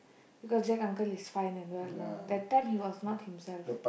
because Jack uncle is fine and well now that time he was not himself